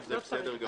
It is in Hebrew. א', זה בסדר גמור.